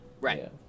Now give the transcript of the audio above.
right